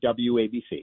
WABC